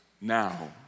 now